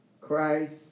Christ